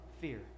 Fear